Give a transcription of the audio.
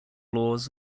laws